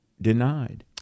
denied